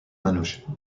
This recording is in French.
manouche